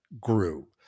grew